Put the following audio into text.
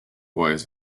boys